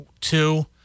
two